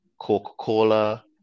Coca-Cola